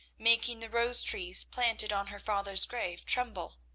making the rose trees planted on her father's grave tremble.